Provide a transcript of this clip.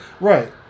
Right